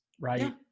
Right